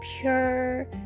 pure